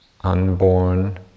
unborn